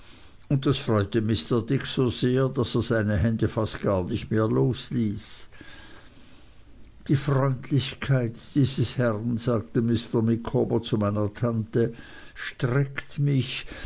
und das freute mr dick so sehr daß er seine hände fast gar nicht mehr losließ die freundlichkeit dieses herrn sagte mr micawber zu meiner tante streckt mich